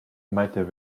matter